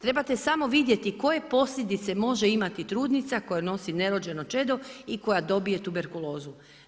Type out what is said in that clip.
Trebate samo vidjeti koje posljedice može imati trudnica koja nosi nerođeno čedo i koja dobije tuberkulozu.